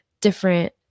different